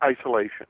isolation